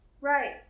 Right